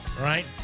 right